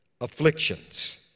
afflictions